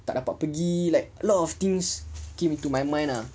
tak dapat pergi like a lot of things came into my mind ah